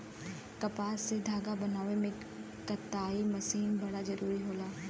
कपास से धागा बनावे में कताई मशीन बड़ा जरूरी होला